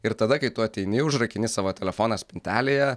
ir tada kai tu ateini užrakini savo telefoną spintelėje